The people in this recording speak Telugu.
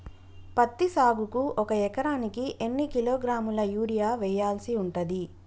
పత్తి సాగుకు ఒక ఎకరానికి ఎన్ని కిలోగ్రాముల యూరియా వెయ్యాల్సి ఉంటది?